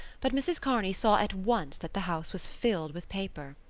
but mrs. kearney saw at once that the house was filled with paper.